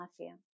mafia